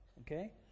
okay